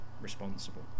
responsible